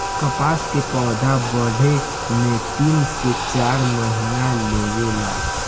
कपास के पौधा बढ़े में तीन से चार महीना लेवे ला